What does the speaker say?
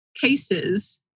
cases